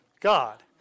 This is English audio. God